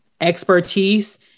expertise